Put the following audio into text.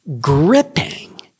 gripping